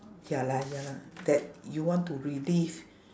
ya lah ya lah that you want to relive